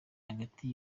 hagati